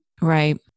Right